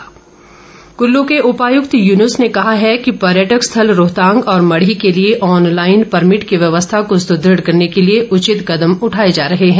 permit Kullu के उपायुक्त यून्स ने कहा है कि पर्यटक स्थल रोहतांग और मढ़ी के लिए ऑनलाईन परमिट की व्यवस्था को सुद्रक करने के लिए उचित कदम उठाए जा रहे हैं